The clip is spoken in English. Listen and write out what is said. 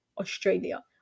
Australia